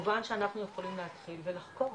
אז כמובן שאנחנו יכולים להתחיל ולחקור